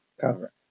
cover